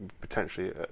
potentially